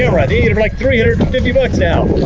like three hundred and fifty bucks now.